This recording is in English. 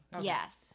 Yes